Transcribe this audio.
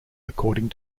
according